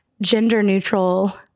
gender-neutral